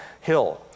Hill